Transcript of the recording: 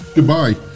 Goodbye